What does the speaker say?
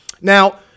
Now